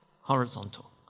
horizontal